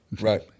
Right